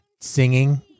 singing